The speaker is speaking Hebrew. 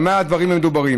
במה דברים אמורים?